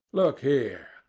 look here,